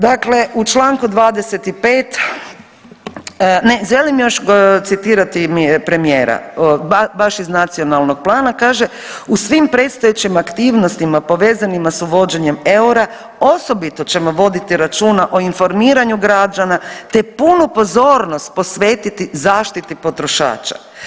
Dakle, u čl. 25., ne, želim još citirati premijera baš iz nacionalnog plana, kaže „u svim predstojećim aktivnostima povezanima s uvođenjem eura osobito ćemo voditi računa o informiranju građana te punu pozornost posvetiti zaštiti potrošača.